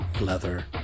leather